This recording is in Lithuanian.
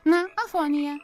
na afonija